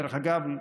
דרך אגב,